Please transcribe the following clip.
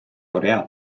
korea